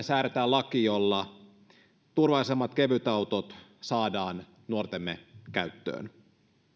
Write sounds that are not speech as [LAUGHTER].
[UNINTELLIGIBLE] säädetään laki jolla turvallisemmat kevytautot saadaan nuortemme käyttöön